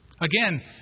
Again